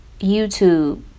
YouTube